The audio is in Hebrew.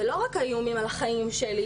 זה לא רק האיומים על החיים שלי,